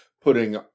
putting